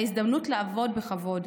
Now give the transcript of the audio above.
ההזדמנות לעבוד בכבוד,